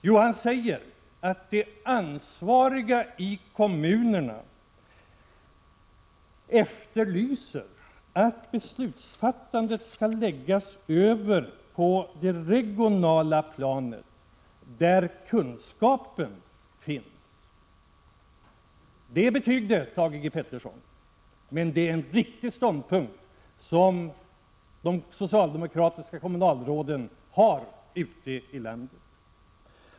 Jo, han säger att de ansvariga i kommunerna efterlyser att beslutsfattandet läggs över på det regionala planet, där kunskapen om problemen finns. Det är betyg det, Thage G. Peterson! Men det är en riktig ståndpunkt som de socialdemokratiska kommunalråden ute i landet har.